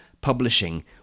publishing